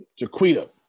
Jaquita